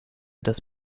das